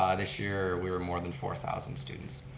ah this year we were more than four thousand students.